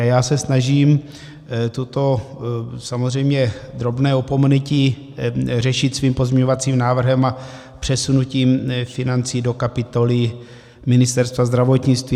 A já se snažím toto samozřejmě drobné opomenutí řešit svým pozměňovacím návrhem a přesunutím financí do kapitoly Ministerstva zdravotnictví.